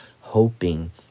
hoping